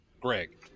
Greg